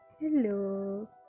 Hello